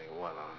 like what ah